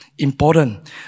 Important